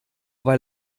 weil